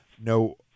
no